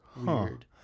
weird